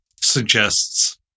suggests